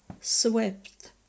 swept